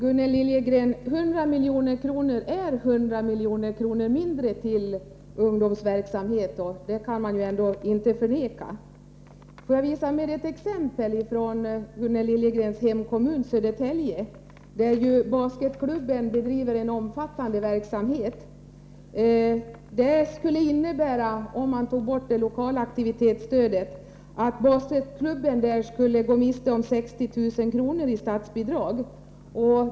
Herr talman! En besparing på 100 milj.kr., Gunnel Liljegren, är 100 milj.kr. mindre till ungdomsverksamheten. Det kan man ändå inte förneka. Jag vill ge ett exempel från Gunnel Liljegrens hemkommun Södertälje, där basketklubben bedriver en omfattande verksamhet. Ett borttagande av det lokala aktivitetsstödet skulle innebära att basketklubben gick miste om 60 000 kr. i statsbidrag.